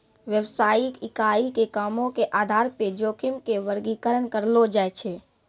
व्यवसायिक इकाई के कामो के आधार पे जोखिम के वर्गीकरण करलो जाय छै